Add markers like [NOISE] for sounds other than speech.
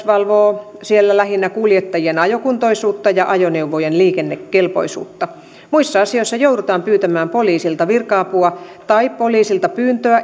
[UNINTELLIGIBLE] valvoo siellä lähinnä kuljettajien ajokuntoisuutta ja ajoneuvojen liikennekelpoisuutta muissa asioissa joudutaan pyytämään poliisilta virka apua tai poliisin pyyntöä